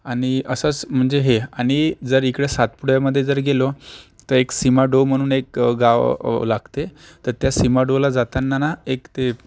आणि असंच म्हणजे हे आणि जर इकडे सातपुड्यामध्ये जर गेलो तर एक सिमाडोह म्हणून एक गाव लागते तर त्या सिमाडोहला जाताना ना एक ते